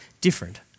different